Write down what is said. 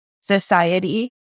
society